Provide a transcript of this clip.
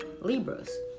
libras